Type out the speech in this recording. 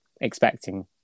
expecting